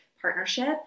partnership